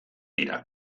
dira